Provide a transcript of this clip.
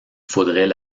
faudrait